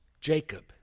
Jacob